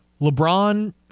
LeBron